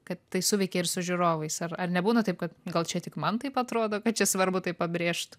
kad tai suveikė ir su žiūrovais ar ar nebūna taip kad gal čia tik man taip atrodo kad čia svarbu tai pabrėžt